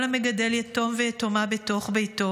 "כל המגדל יתום ויתומה בתוך ביתו,